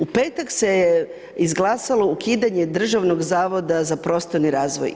U petak se je izglasalo ukidanje Državnog zavoda za prostorni razvoj.